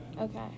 Okay